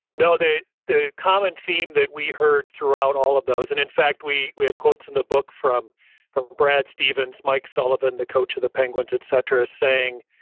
no. the common theme that we heard throughout all of those, and, in fact, we we have quotes in the book from from brad stevens, mike sullivan, the coach of the penguins, et cetera, saying,